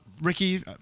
Ricky